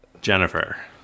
Jennifer